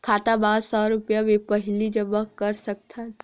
खाता मा सौ रुपिया पहिली जमा कर सकथन?